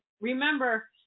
remember